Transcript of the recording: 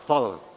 Hvala.